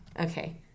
Okay